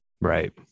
Right